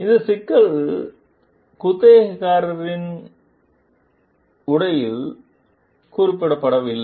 இந்த சிக்கல்கள் குத்தகைதாரரின் உடையில் குறிப்பிடப்படவில்லை